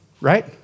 right